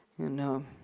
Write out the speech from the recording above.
you know?